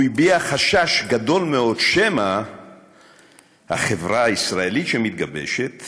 הוא הביע חשש גדול מאוד שמא החברה הישראלית שמתגבשת